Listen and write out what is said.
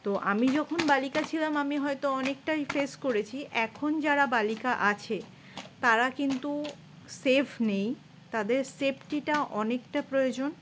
তো আমি যখন বালিকা ছিলাম আমি হয়তো অনেকটাই ফেস করেছি এখন যারা বালিকা আছে তারা কিন্তু সেফ নেই তাদের সেফটিটা অনেকটা প্রয়োজন